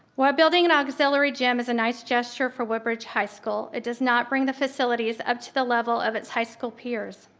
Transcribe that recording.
while building an auxiliary gym is a nice gesture for woodbridge high school, it does not bring the facilities up to the level of its high school peers.